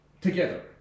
together